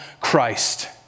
Christ